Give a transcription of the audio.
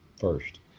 first